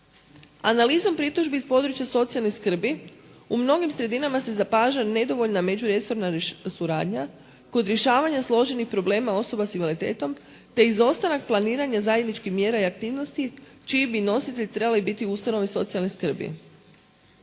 Analizom pritužbi s područja socijalne skrbi u mnogim sredinama se zapaža nedovoljna međuresorna suradnja, kod rješavanja složenih problema osoba sa invaliditetom, te izostanak planiranja zajedničkih mjera i aktivnosti čiji bi nositelj trebali biti ustanove socijalne skrbi.